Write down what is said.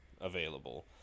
available